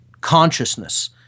consciousness